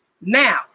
Now